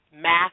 Math